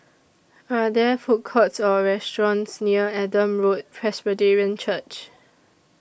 Are There Food Courts Or restaurants near Adam Road Presbyterian Church